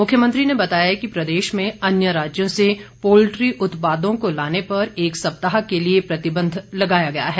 मुख्यमंत्री ने बताया कि प्रदेश में अन्य राज्यों से पोल्ट्री उत्पादों को लाने पर एक सप्ताह के लिए प्रतिबंद लगाया गया है